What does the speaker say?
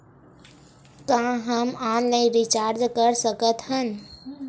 का हम online recharge कर सकत हन?